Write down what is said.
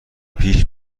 پیش